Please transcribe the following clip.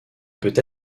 peut